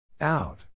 out